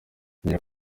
rugira